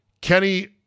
Kenny